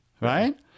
right